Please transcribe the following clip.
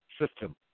system